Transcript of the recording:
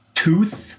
tooth